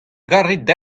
gallout